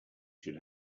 should